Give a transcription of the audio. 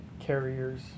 carriers